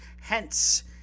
Hence